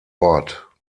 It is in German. ort